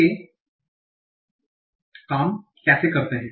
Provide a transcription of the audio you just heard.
वे यह काम कैसे करते हैं